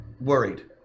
worried